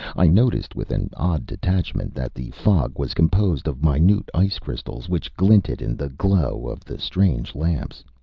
i noticed with an odd detachment that the fog was composed of minute ice crystals, which glinted in the glow of the strange lamps.